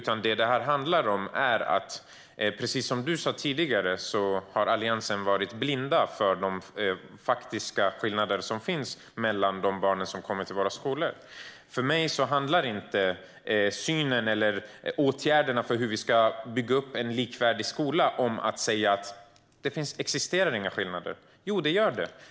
Vad det här handlar om är att Alliansen - precis som du sa tidigare, Christer Nylander - har varit blind för de faktiska skillnader som finns mellan barnen som kommer till våra skolor. För mig handlar inte synen på eller åtgärderna för hur vi ska bygga upp en likvärdig skola om att säga att det inte existerar några skillnader. Det gör det.